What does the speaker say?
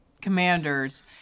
commanders